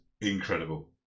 incredible